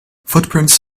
footprints